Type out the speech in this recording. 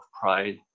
pride